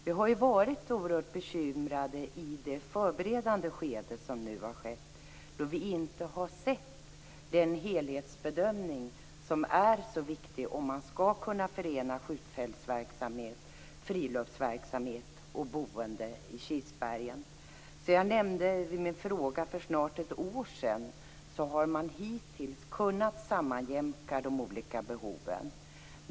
Vi har ju varit oerhört bekymrade i det förberedande skedet, då vi inte har sett den helhetsbedömning som är så viktig om man skall kunna förena skjutfältsverksamhet, friluftsverksamhet och boende i Kilsbergen. Vid min fråga för snart ett år sedan nämnde jag att man hittills har kunna jämka ihop de olika behoven.